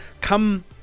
Come